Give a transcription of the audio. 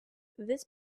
this